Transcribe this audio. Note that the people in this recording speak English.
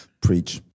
preach